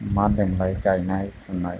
मा होनो मोनलाय गायनाय फुनाय